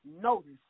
Notice